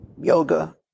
yoga